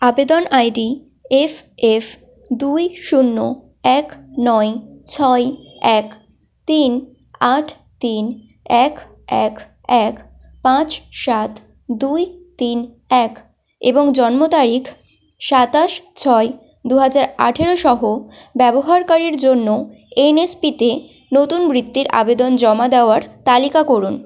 আবেদন I D F F দুই শূন্য এক নয় ছয় এক তিন আট তিন এক এক এক পাঁচ সাত দুই তিন এক এবং জন্ম তারিখ সাতাশ ছয় দু হাজার আঠেরো সহ ব্যবহারকারীর জন্য এনএসপিতে নতুন বৃত্তির আবেদন জমা দেওয়ার তালিকা করুন